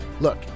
Look